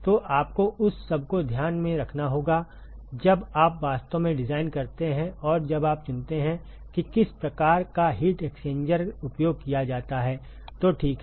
तो आपको उस सब को ध्यान में रखना होगा जब आप वास्तव में डिज़ाइन करते हैं और जब आप चुनते हैं कि किस प्रकार का हीट एक्सचेंजर उपयोग किया जाता है तो ठीक है